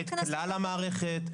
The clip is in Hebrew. כלל המערכת,